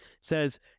says